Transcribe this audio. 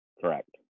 correct